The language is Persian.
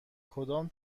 کدام